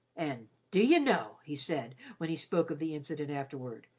and, d' ye know, he said, when he spoke of the incident afterward,